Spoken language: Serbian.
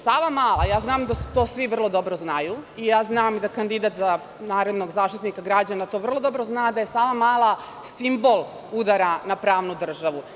Savamala“, ja znam da svi to vrlo dobro znaju i znam da kandidat za narednog Zaštitnika građana to vrlo dobro zna, da je „Savamala“ simbol udara na pravnu državu.